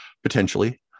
Potentially